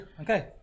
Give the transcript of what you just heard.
okay